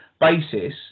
basis